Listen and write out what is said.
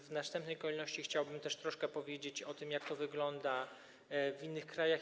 W następnej kolejności chciałbym troszkę powiedzieć o tym, jak to wygląda w innych krajach.